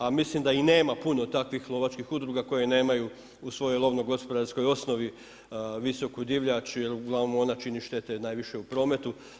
A mislim da i nema puno takvih lovačkih udruga koje nemaju u svojoj lovnogospodarskoj osnovi visoku divljač, jer uglavnom ona čini štete najviše u prometu.